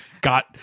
got